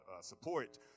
support